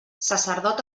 sacerdot